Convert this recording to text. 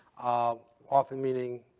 ah often meaning,